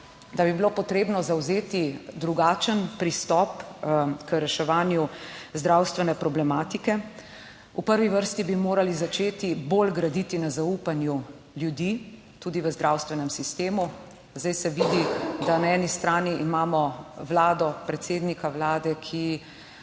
da bi bilo potrebno zavzeti drugačen pristop k reševanju zdravstvene problematike. V prvi vrsti bi morali začeti bolj graditi na zaupanju ljudi, tudi v zdravstvenem sistemu. Zdaj se vidi, da na eni strani imamo vlado, predsednika vlade, ki,